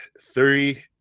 three